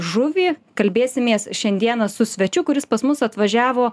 žuvį kalbėsimės šiandieną su svečiu kuris pas mus atvažiavo